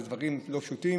אלה דברים לא פשוטים.